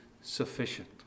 sufficient